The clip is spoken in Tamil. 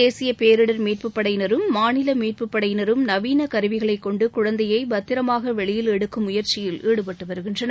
தேசிய பேரிடர் மீட்புப் படையினரும் மாநில மீட்புப்படையினரும் நவீன கருவிகளை கொண்டு குழந்தையை பத்திரமாக வெளியில் எடுக்கும் முயற்சியில் ஈடுபட்டு வருகின்றனர்